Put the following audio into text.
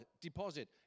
deposit